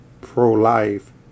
pro-life